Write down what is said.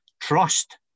trust